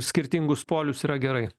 skirtingus polius yra gerai